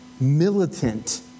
militant